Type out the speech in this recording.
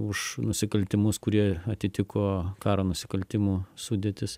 už nusikaltimus kurie atitiko karo nusikaltimų sudėtis